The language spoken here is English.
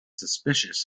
suspicious